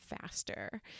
faster